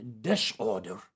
disorder